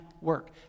work